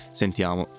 sentiamo